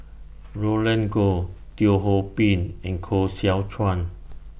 Roland Goh Teo Ho Pin and Koh Seow Chuan